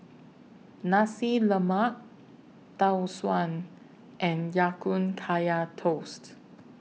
Nasi Lemak Tau Suan and Ya Kun Kaya Toast